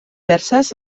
perses